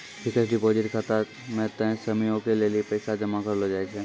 fixed deposit खाता मे तय समयो के लेली पैसा जमा करलो जाय छै